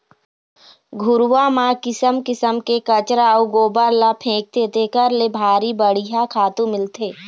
घुरूवा म किसम किसम के कचरा अउ गोबर ल फेकथे तेखर ले भारी बड़िहा खातू मिलथे